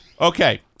okay